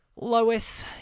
Lois